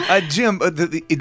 Jim